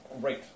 right